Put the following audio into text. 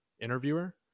interviewer